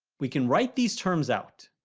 we can write these terms out.